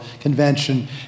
convention